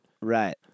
Right